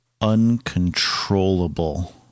Uncontrollable